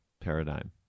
paradigm